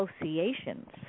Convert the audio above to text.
associations